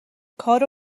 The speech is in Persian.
کارو